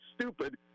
stupid